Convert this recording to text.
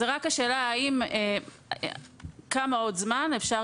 זאת רק השאלה עוד כמה זמן יהיה אפשר